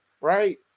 right